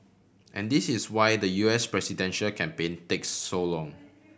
and this is why the U S presidential campaign takes so long